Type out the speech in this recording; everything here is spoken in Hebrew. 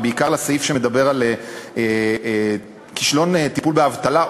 ובעיקר לסעיף שמדבר על כישלון הטיפול באבטלה,